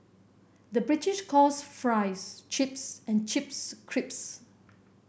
the British calls fries chips and chips crisps